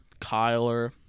Kyler